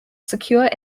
secure